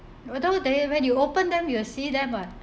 although they when you open them you will see them [what]